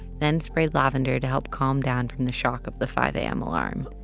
then sprayed lavender to help calm down from the shock of the five a m. alarm.